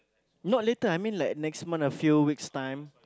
not later I mean like next month a few weeks time